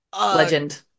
legend